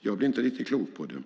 Jag blev inte riktigt klok på det.